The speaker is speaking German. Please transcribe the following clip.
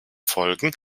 folgen